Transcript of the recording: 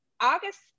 August